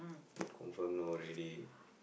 confirm know already